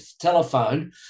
telephone